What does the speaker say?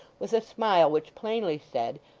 with a smile which plainly said,